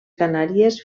canàries